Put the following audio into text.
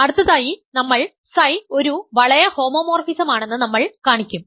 അടുത്തതായി നമ്മൾ ψ ഒരു വളയ ഹോമോമോർഫിസമാണെന്ന് നമ്മൾ കാണിക്കും